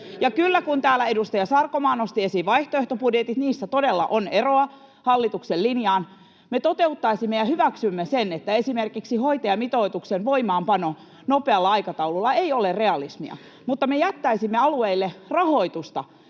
Ja kyllä, kun täällä edustaja Sarkomaa nosti esiin vaihtoehtobudjetit, niissä todella on eroa hallituksen linjaan. Me hyväksymme sen, että esimerkiksi hoitajamitoituksen voimaanpano nopealla aikataululla ei ole realismia, mutta me jättäisimme alueille rahoitusta,